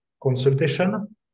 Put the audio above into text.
consultation